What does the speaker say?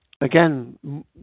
Again